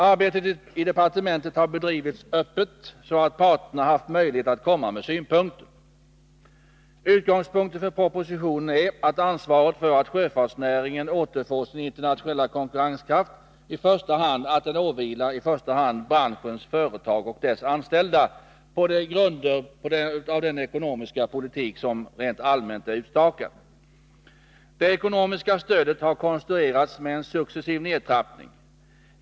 Arbetet i departementet har bedrivits öppet, så att parterna haft möjlighet att komma med synpunkter. Utgångspunkten för propositionen är att ansvaret för att sjöfartsnäringen återfår sin internationella konkurrenskraft i första hand åvilar branschens företag och dess anställda, på grundval av den ekonomiska politik som allmänt är utstakad. Det ekonomiska stödet har konstruerats med en successiv nedtrappning.